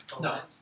No